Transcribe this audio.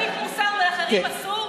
לכם מותר להטיף מוסר ולאחרים אסור?